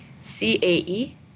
C-A-E